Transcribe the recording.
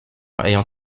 ayant